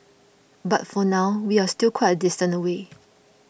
but for now we're still quite a distance away